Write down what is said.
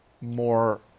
more